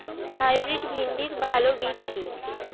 Hybrid ভিন্ডির ভালো বীজ কি?